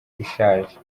ishaje